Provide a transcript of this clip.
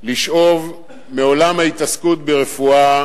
לשאוב מעולם ההתעסקות ברפואה